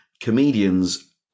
comedians